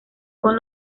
con